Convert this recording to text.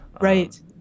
Right